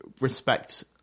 respect